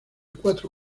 cuatro